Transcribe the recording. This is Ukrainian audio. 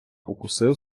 укусив